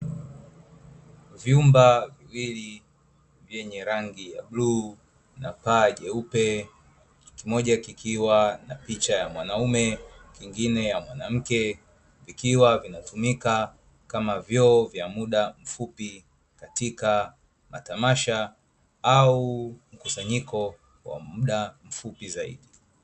Vyumba viwili vyenye rangi ya bluu na paa jeupe, kimoja kikiwa na picha ya mwanaume kingine ya mwanamke, vikiwa vinatumika kama vyoo vya mda mfupi katika matamasha au mkusanyiko wa mda mfupi zaidi.